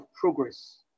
progress